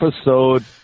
episode